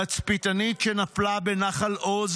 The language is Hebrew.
תצפיתנית שנפלה בנחל עוז,